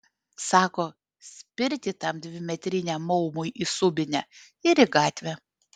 sako spirti tam dvimetriniam maumui į subinę ir į gatvę